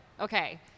Okay